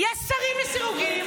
יש שרים לסירוגין.